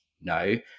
no